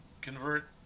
convert